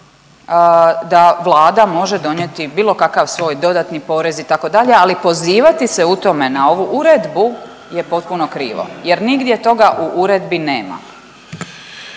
da Vlada može donijeti bilo kakav svoj dodatni porez, itd., ali pozivati se u tome na ovu uredbu je potpuno krivo jer nigdje toga u uredbi nema.